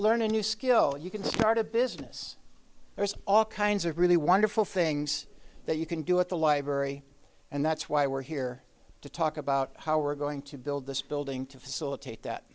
learn a new skill you can start a business there's all kinds of really wonderful things that you can do at the library and that's why we're here to talk about how we're going to build this building to facilitate that